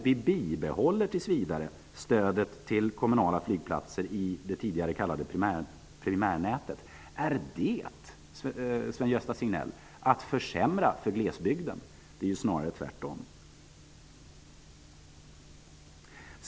Vi bibehåller tills vidare stödet till kommunala flygplatser i det tidigare primärnätet. Är det, SvenGösta Signell, att försämra för glesbygden? Det är snarare tvärtom!